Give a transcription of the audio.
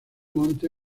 monte